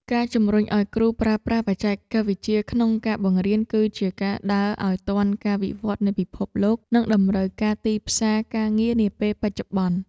ការជំរុញឱ្យគ្រូប្រើប្រាស់បច្ចេកវិទ្យាក្នុងការបង្រៀន គឺជាការដើរឱ្យទាន់ការវិវត្តនៃពិភពលោក និងតម្រូវការទីផ្សារការងារនាពេលបច្ចុប្បន្ន។